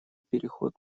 переход